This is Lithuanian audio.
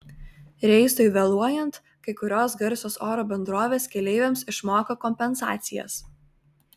reisui vėluojant kai kurios garsios oro bendrovės keleiviams išmoka kompensacijas